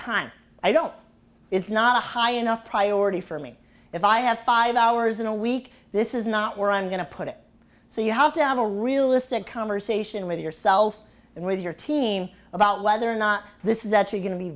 time i don't it's not a high enough priority for me if i have five hours in a week this is not where i'm going to put it so you have to have a realistic conversation with yourself and with your team about whether or not this is actually going to be